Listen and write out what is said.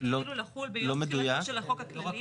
יתחילו לחול ביום הפרסום של החוק הכללי.